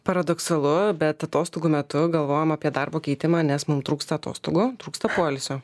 paradoksalu bet atostogų metu galvojam apie darbo keitimą nes mums trūksta atostogų trūksta poilsio